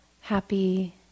happy